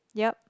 yup